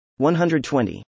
120